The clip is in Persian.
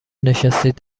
نشستید